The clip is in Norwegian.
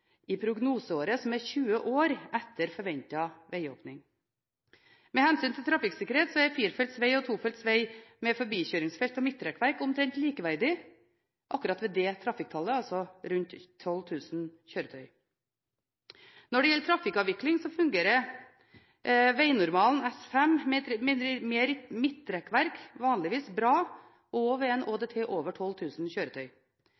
i prognoseåret, som er 20 år etter forventet vegåpning. Med hensyn til trafikksikkerhet er firefelts veg med forbikjøringsfelt og midtrekkverk omtrent likeverdig akkurat ved det trafikktallet, altså rundt 12 000 kjøretøy. Når det gjelder trafikkavvikling, fungerer vegnormalen S5 med midtrekkverk vanligvis bra også ved en ÅDT på over 12 000 kjøretøy.